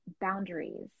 boundaries